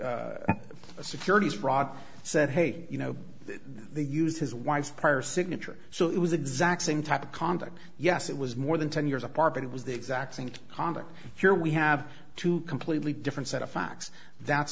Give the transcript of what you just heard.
a securities fraud said hey you know they used his wife's prior signature so it was exact same type of conduct yes it was more than ten years apart it was the exacting conduct here we have two completely different set of facts that's